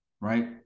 right